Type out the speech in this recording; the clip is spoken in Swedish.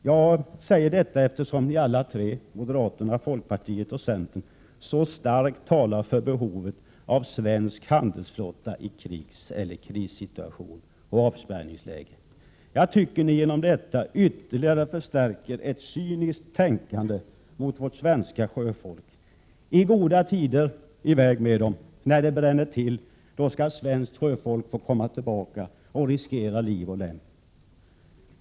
Jag säger detta eftersom ni alla tre — moderaterna, folkpartiet och centern — så starkt talar för behovet av en svensk handelsflotta i kriseller krigssituation och i avspärrningsläge. Jag tycker att ni genom detta ytterligare förstärker ett cyniskt tänkande gentemot vårt svenska sjöfolk. I goda tider: iväg med dem. Men när det bränner till, då skall svenskt sjöfolk få komma tillbaka och riskera liv och lem.